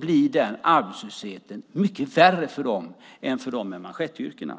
blir arbetslösheten mycket värre för dem än för dem med manschettyrken.